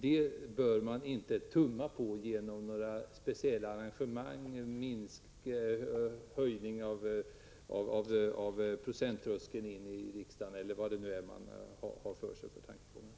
Det bör man inte tumma på genom några speciella arrangemang, höjningar av procenttrösklen till riksdagen eller vad det kan vara fråga om.